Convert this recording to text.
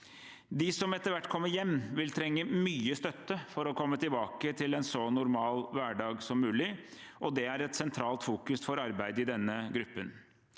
De som etter hvert kommer hjem, vil trenge mye støtte for å komme tilbake til en så normal hverdag som mulig, og det er et sentralt fokus for arbeidet i denne gruppen.